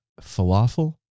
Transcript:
falafel